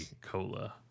cola